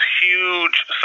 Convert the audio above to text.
huge